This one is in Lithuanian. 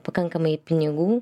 pakankamai pinigų